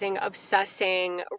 obsessing